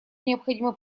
необходимо